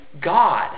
God